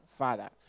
father